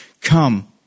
Come